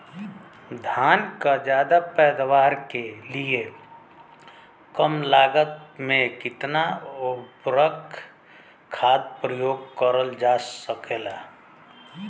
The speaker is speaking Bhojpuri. धान क ज्यादा पैदावार के लिए कम लागत में कितना उर्वरक खाद प्रयोग करल जा सकेला?